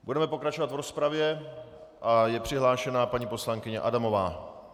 Budeme pokračovat v rozpravě a je přihlášena paní poslankyně Adamová.